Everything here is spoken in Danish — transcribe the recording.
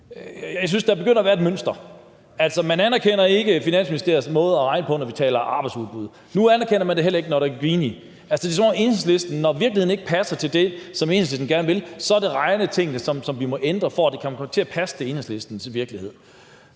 Jeg synes, der begynder at være et mønster. Altså, man anerkender ikke Finansministeriets måde at regne på, når vi taler arbejdsudbud, og nu anerkender man det heller ikke, når det er Ginikoefficienten. Det er, som om Enhedslisten mener, at når virkeligheden ikke passer til det, som Enhedslisten gerne vil, så er det regnetingene, som vi må ændre, for at det kan komme til at passe til Enhedslistens virkelighed.